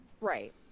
Right